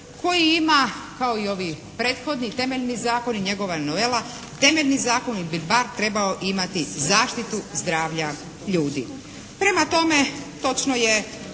koji ima kao i ovi prethodni temeljni zakon i njegova novela. Temeljni zakonik bi bar trebao imati zaštitu zdravlja ljudi. Prema tome točno je